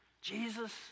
Jesus